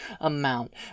amount